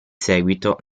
seguito